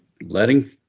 letting